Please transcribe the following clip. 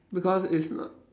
because it's not